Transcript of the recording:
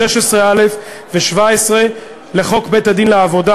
16א ו-17 לחוק בית-הדין לעבודה,